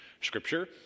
scripture